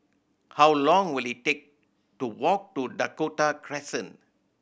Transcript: how long will it take to walk to Dakota Crescent